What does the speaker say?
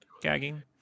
gagging